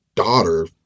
daughter